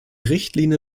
richtlinie